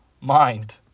mind